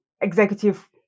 executive